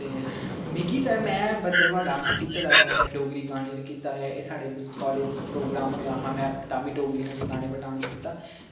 ते मिगी ते में भद्रवाह डांस कीते दा ऐ डोगरी गाने उप्पर कीते दा ऐ एह् साढ़े कालेज च प्रोग्राम होएआ मै ताम्मी डोगरी गाने उप्पर डांस कीता